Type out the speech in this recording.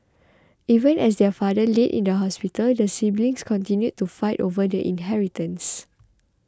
even as their father laid in the hospital the siblings continued to fight over the inheritance